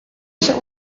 się